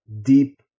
deep